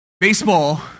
Baseball